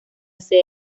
sede